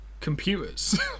computers